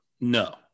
No